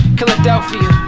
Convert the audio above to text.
Philadelphia